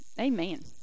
amen